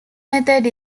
method